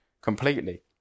completely